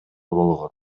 болгон